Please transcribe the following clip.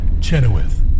Chenoweth